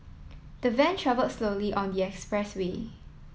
the van travel slowly on the expressway